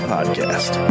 Podcast